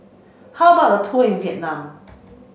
how about a tour Vietnam